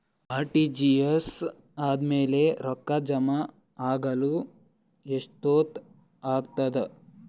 RTGS ಆದ್ಮೇಲೆ ರೊಕ್ಕ ಜಮಾ ಆಗಲು ಎಷ್ಟೊತ್ ಆಗತದ?